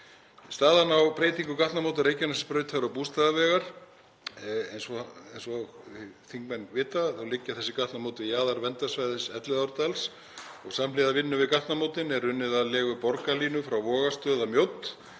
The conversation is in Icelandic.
Staðan á breytingu gatnamóta Reykjanesbrautar og Bústaðavegar — eins og þingmenn vita þá liggja þessi gatnamót við jaðar verndarsvæðis Elliðaárdals og samhliða vinnu við gatnamótin er unnið að legu borgarlínu frá Vogastöð að Mjódd.